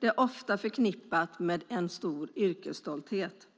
Det är ofta förknippat med en stor yrkesstolthet